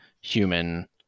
human